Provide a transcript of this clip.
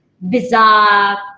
bizarre